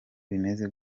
bimeze